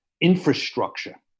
infrastructure